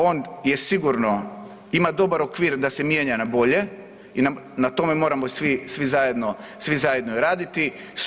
On je sigurno, ima dobar okvir da se mijenja na bolje i na tome moramo svi, svi zajedno, svi zajedno raditi.